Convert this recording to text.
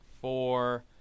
four